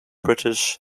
british